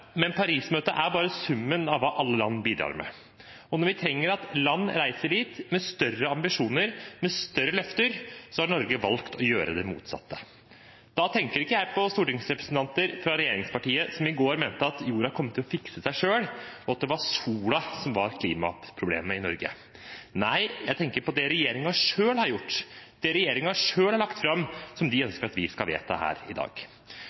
men Paris-møtet er bare summen av hva alle land bidrar med. Når vi trenger at land reiser dit med større ambisjoner og med større løfter, har Norge valgt å gjøre det motsatte. Da tenker ikke jeg på stortingsrepresentanter fra regjeringspartiet som i går mente at jorda kom til å fikse seg selv, og at det var sola som var klimaproblemet i Norge. Nei, jeg tenker på det som regjeringen selv har gjort – det som regjeringen selv har lagt fram som de ønsker at vi skal vedta her i dag.